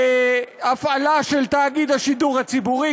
ההפעלה של תאגיד השידור הציבורי,